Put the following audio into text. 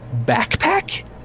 backpack